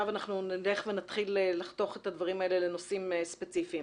אנחנו נתחיל לחתוך את הדברים האלה לנושאים ספציפיים,